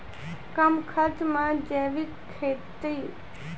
कम खर्च मे जैविक खेती?